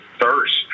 thirst